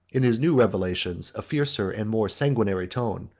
in his new revelations, a fiercer and more sanguinary tone,